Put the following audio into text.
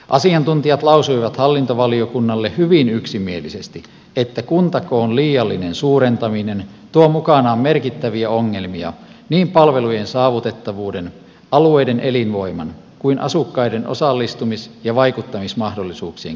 asiantuntijat lausuivat hallintovaliokunnalle hyvin yksimielisesti että kuntakoon liiallinen suurentaminen tuo mukanaan merkittäviä ongelmia niin palvelujen saavutettavuuden alueiden elinvoiman kuin asukkaiden osallistumis ja vaikuttamismahdollisuuksien kannalta